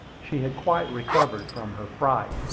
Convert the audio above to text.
she had quite recovered from her fright.